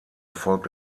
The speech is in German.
folgt